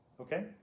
Okay